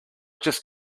just